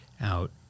out